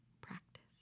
practice